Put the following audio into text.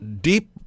deep